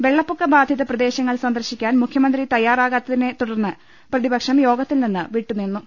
വെള്ളപ്പൊക്ക ബാധിത പ്രദേശങ്ങൾ സന്ദർശിക്കാൻ മുഖ്യമന്ത്രി തയ്യാറാകാത്തതിനെ തുടർന്ന് പ്രതിപക്ഷം യോഗത്തിൽനിന്ന് വിട്ടുനിന്നു